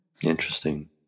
Interesting